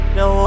no